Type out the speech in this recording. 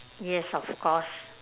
yes of course